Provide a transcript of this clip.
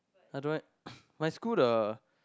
I don't know leh my school the